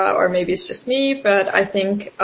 or maybe it's just me, but i think